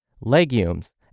legumes